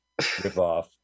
ripoff